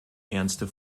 ernste